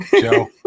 Joe